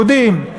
יהודים.